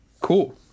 cool